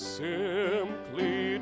simply